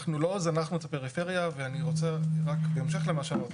אנחנו לא זנחנו את הפריפריה ואני רוצה רק בהמשך למה שאמרת.